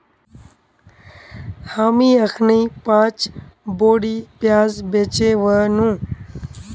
हामी अखनइ पांच बोरी प्याज बेचे व नु